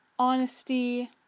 Honesty